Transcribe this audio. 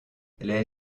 les